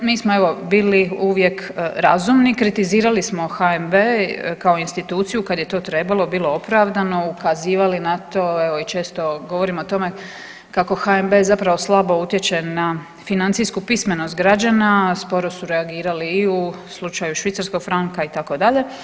Mi smo evo bili uvijek razumni, kritizirali smo HNB kao instituciju kad je to trebalo i bilo opravdano, ukazivali na to evo i često govorimo o tome kako HNB zapravo slabo utječe na financijsku pismenost građana, sporo su reagirali i u slučaju švicarskog franka itd.